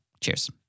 Cheers